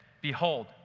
Behold